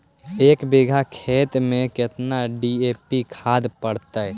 एक बिघा खेत में केतना डी.ए.पी खाद पड़तै?